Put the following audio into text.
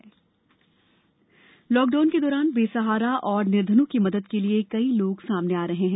असहाय भोजन लॉकडाउन के दौरान बेसहारा और निर्धनों की मदद के लिए कई लोग सामने आ रहे हैं